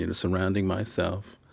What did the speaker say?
you know surrounding myself,